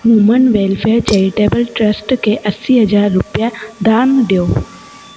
human welfare charitable trust खे असी हज़ार रुपिया दानु ॾियो